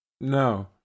No